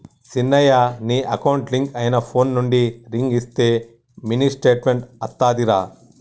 సిన్నయ నీ account link అయిన ఫోన్ నుండి రింగ్ ఇస్తే మినీ స్టేట్మెంట్ అత్తాదిరా